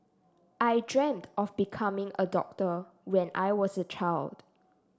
I dreamt of becoming a doctor when I was a child